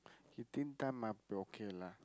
he thin time ah okay lah